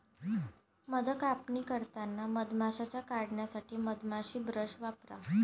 मध कापणी करताना मधमाश्या काढण्यासाठी मधमाशी ब्रश वापरा